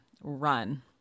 run